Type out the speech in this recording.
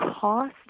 cost